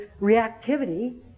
reactivity